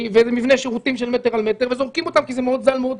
ואיזה מבנה שירותים של מטר על מטר וזורקים אותם כי זה מאוד קל,